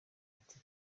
ati